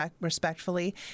respectfully